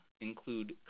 include